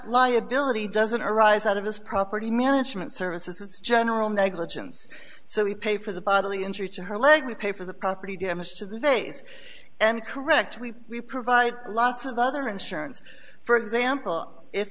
liability doesn't arise out of this property management services it's general negligence so we pay for the bodily injury to her leg we pay for the property damage to the face and correct we we provide lots of other insurance for example if